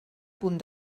punt